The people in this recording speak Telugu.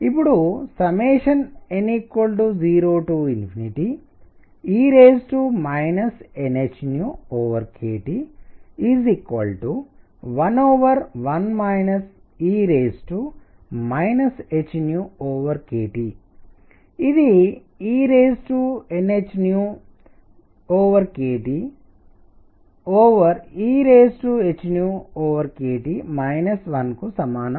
ఇప్పుడు n 0e nhkT11 e hkT ఇది ehkTehkT 1 కు సమానం